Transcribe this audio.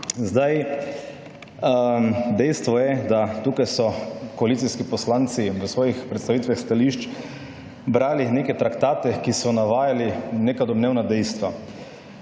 Zdaj, dejstvo je, da tukaj so koalicijski poslanci v svojih predstavitvah stališč brali neke traktate, ki so navajali neka domnevna dejstva.